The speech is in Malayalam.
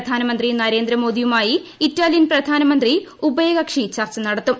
പ്രധാനമന്ത്രി നരേന്ദ്രമോദിയുമായി ഇറ്റാലിയൻ പ്രധാനമന്ത്രി ഉഭയകക്ഷി ചർച്ച നടത്തും